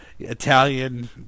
Italian